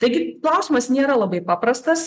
taigi klausimas nėra labai paprastas